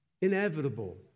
Inevitable